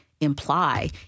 imply